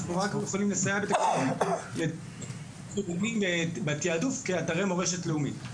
אנחנו רק יכולים לסייע בתקציבים ובתעדוף כאתרי מורשת לאומית.